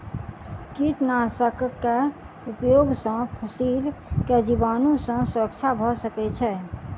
कीटनाशक के उपयोग से फसील के जीवाणु सॅ सुरक्षा भअ सकै छै